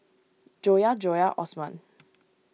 Joyah Joyah Osman